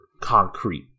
concrete